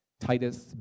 Titus